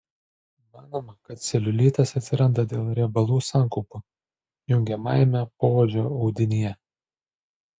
manoma kad celiulitas atsiranda dėl riebalų sankaupų jungiamajame poodžio audinyje